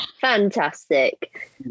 fantastic